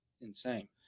Insane